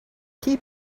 keep